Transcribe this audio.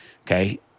okay